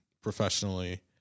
professionally